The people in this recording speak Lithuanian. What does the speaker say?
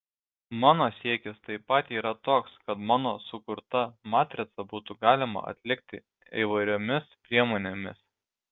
mano siekis taip pat yra toks kad mano sukurtą matricą būtų galima atlikti įvairiomis priemonėmis